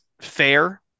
fair